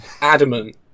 adamant